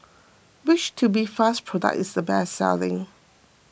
which Tubifast product is the best selling